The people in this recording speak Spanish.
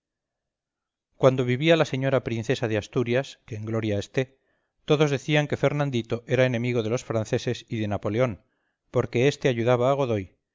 cuando vivía la señora princesa de asturias que en gloria esté todos decían que fernandito era enemigo de los franceses y de napoleón porque éste ayudaba a godoy